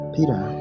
Peter